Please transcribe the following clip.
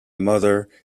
mother